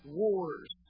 wars